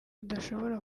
rudashobora